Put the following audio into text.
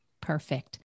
Perfect